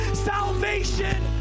salvation